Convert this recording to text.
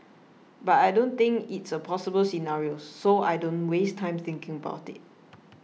but I don't think it's a possible scenario so I don't waste time thinking about it